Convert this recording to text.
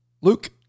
Luke